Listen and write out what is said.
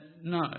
No